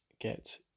get